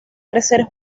crecer